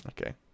Okay